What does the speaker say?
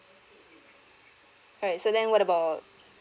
alright so then what about